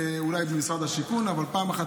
אולי, במשרד השיכון, אבל פעם אחת צריך לעשות.